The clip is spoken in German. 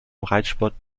reitsport